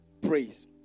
praise